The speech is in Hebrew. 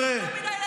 לדבר.